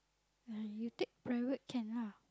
ya you take private can lah